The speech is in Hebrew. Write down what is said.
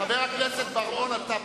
חבר הכנסת בר-און, אתה פשוט,